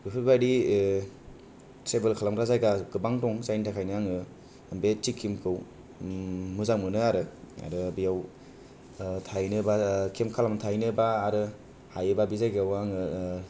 बेफोरबायदि ट्रेभेल खालामग्रा जायगा गोबां दं जायनि थाखायनो आङो बे सिक्किमखौ मोजां मोनोआरो आरो बेव थाहैनोबा केम खालामनानै थाहैनोबा आरो हायोबा बे जायगाआव आङो